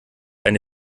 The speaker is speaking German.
eine